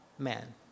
man